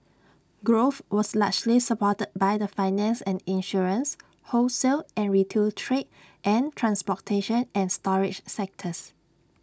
growth was largely supported by the finance and insurance wholesale and retail trade and transportation and storage sectors